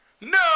No